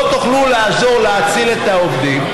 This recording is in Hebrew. לא תוכלו לעזור להציל את העובדים,